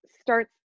starts